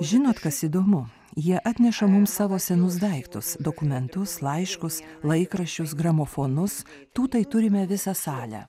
žinot kas įdomu jie atneša mums savo senus daiktus dokumentus laiškus laikraščius gramofonus tų tai turime visą salę